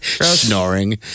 Snoring